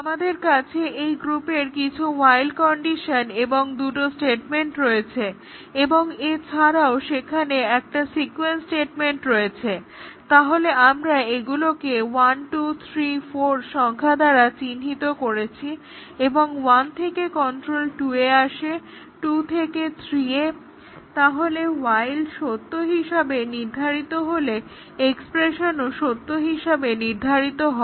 আমাদের কাছে এই গ্রুপের কিছু হোয়াইল কন্ডিশন এবং দুটো স্টেটমেন্ট রয়েছে এবং এছাড়াও সেখানে একটা সিক্যুয়েন্স স্টেটমেন্ট রয়েছে তাহলে আমরা এগুলোকে 1 2 3 4 সংখ্যা দ্বারা চিহ্নিত করেছি এবং 1 থেকে কন্ট্রোল 2 এ আসে 2 থেকে 3 এ তাহলে হোয়াইল সত্য হিসাবে নির্ধারিত হলে এক্সপ্রেশনও সত্য হিসাবে নির্ধারিত হয়